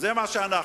זה מה שאנחנו,